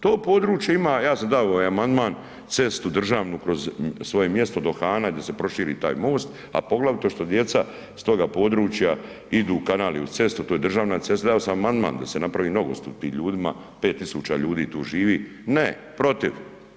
To područje ima, ja sam dao i amandman cestu državnu kroz svoje mjesto do Hana da se proširi taj most, a poglavito što djeca s toga područja idu, kanal je uz cestu, do je državna cesta, dao sam amandman da se napravi nogostup tim ljudima, 5.000 ljudi tu živi, te protiv.